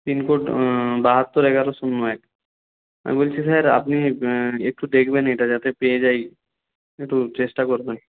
pin code বাহাত্তর এগারো শূন্য এক আমি বলছি স্যার আপনি একটু দেখবেন এটা যাতে পেয়ে যাই একটু চেষ্টা করবেন